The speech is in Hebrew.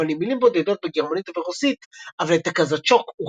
עם מילים בודדות בגרמנית וברוסית – "אבל את הקזצ'וק הוא